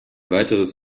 weiteres